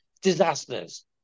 disasters